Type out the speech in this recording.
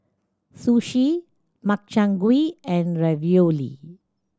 Sushi Makchang Gui and Ravioli